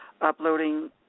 uploading